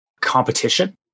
competition